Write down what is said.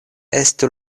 estu